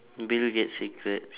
bill gates secret